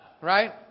right